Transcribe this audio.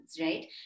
right